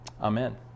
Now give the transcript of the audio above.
Amen